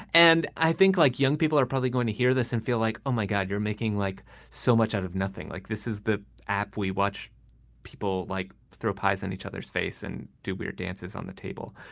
and i think, like, young people are probably going to hear this and feel like, oh, my god, you're making like so much out of nothing like this is the app. we watch people like throw pies in each other's face and do beer dances on the table.